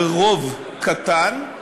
על רוב קטן,